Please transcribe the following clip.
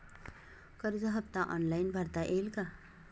कर्ज हफ्ता ऑनलाईन भरता येईल का?